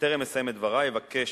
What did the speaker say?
בטרם אסיים את דברי אבקש,